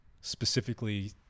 specifically